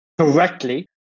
Correctly